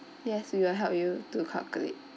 yes we will help you to calculate